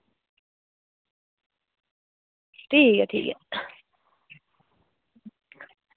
ठीक ऐ ठीक ऐ